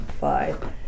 five